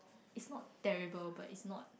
it's not terrible but it's not